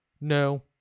no